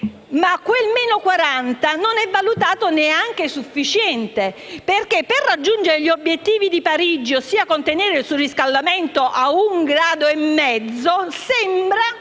E quel meno 40 non è valutato neanche sufficiente perché, per raggiungere gli obiettivi di Parigi, ossia contenere il surriscaldamento a un grado e mezzo, sembra